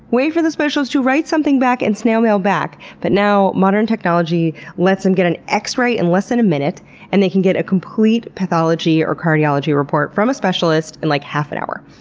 wait for the specialist to write something back, and snail mail back. but now modern technology lets them get an x-ray in less than a minute and they can get a complete pathology or cardiology report from a specialist in, like, half an hour.